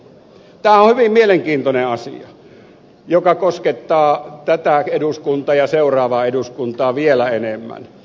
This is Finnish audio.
tämä on hyvin mielenkiintoinen asia joka koskettaa tätä eduskuntaa ja vielä enemmän seuraavaa eduskuntaa